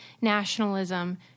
nationalism